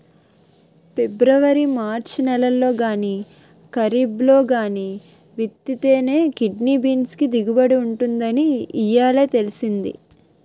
February March నెలల్లో గానీ, కరీబ్లో గానీ విత్తితేనే కిడ్నీ బీన్స్ కి దిగుబడి ఉంటుందని ఇయ్యాలే తెలిసింది